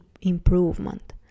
improvement